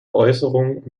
äußerung